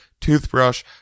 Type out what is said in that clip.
Toothbrush